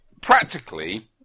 Practically